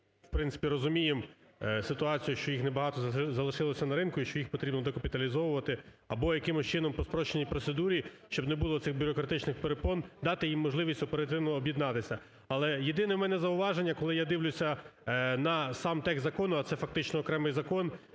в принципі, розуміємо ситуацію, що їх небагато залишилося на ринку і, що їх потрібно декапіталізовувати або якимось чином по спрощеній процедурі, щоб не було цих бюрократичних перепон, дати їм можливість оперативно об'єднатися. Але єдине в мене зауваження, коли я дивлюся на сам текст закону, а це фактично окремий закон,